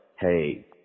hey